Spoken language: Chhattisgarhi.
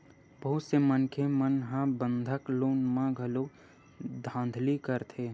बहुत से मनखे मन ह बंधक लोन म घलो धांधली करथे